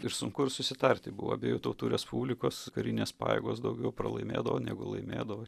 ir sunku ir susitarti buvo abiejų tautų respublikos karinės pajėgos daugiau pralaimėdavo negu laimėdavo